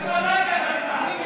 חבר הכנסת חאג' יחיא.